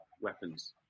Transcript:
weapons